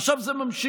עכשיו זה ממשיך.